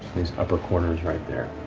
these upper corners right there.